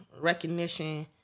recognition